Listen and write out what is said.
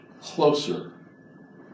closer